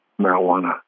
marijuana